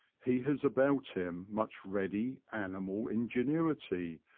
he has about him much ready animal ingenuity,